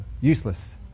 useless